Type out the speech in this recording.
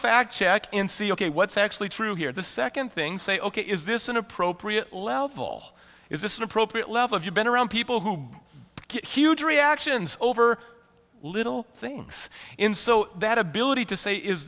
fact check and see ok what's actually true here the second thing say ok is this an appropriate level is this an appropriate level of you've been around people who get huge reactions over little things in so that ability to say is